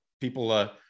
people